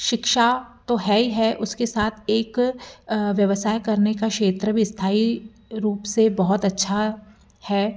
शिक्षा तो है ही है उसके साथ एक व्यवसाय करने का क्षेत्र भी स्थाई रूप से बहुत अच्छा है